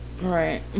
Right